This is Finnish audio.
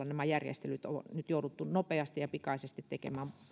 nämä järjestelyt on nyt jouduttu nopeasti ja pikaisesti tekemään